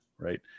Right